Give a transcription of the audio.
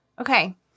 Okay